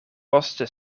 poste